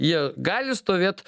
jie gali stovėt